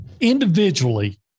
Individually